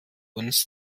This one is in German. uns